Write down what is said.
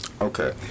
Okay